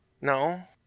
No